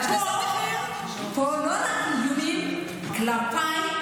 לא רק איומים כלפיי,